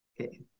okay